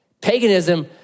Paganism